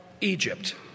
Egypt